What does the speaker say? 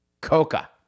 Coca